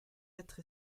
être